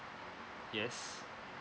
yes